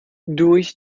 durch